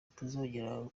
batazongera